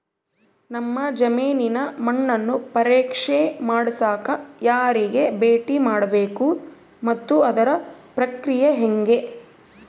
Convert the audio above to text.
ನಮ್ಮ ಜಮೇನಿನ ಮಣ್ಣನ್ನು ಪರೇಕ್ಷೆ ಮಾಡ್ಸಕ ಯಾರಿಗೆ ಭೇಟಿ ಮಾಡಬೇಕು ಮತ್ತು ಅದರ ಪ್ರಕ್ರಿಯೆ ಹೆಂಗೆ?